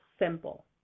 simple